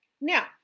now